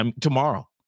tomorrow